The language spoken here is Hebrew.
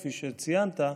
כפי שציינת,